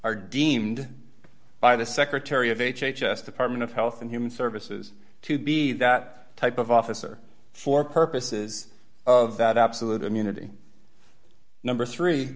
are deemed by the secretary of h h s department of health and human services to be that type of officer for purposes of that absolute immunity number three